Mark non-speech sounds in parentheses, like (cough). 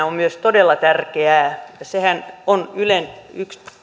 (unintelligible) on myös todella tärkeää ja sehän on ylen yksi